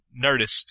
Nerdist